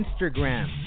Instagram